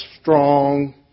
strong